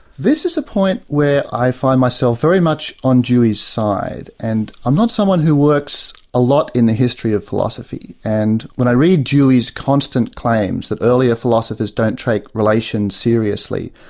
this is a point where i find myself very much on dewey's side, and i'm not someone who works a lot in the history of philosophy. and when i read dewey's constant claims that earlier philosophers don't take relations seriously.